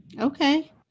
Okay